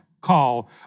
call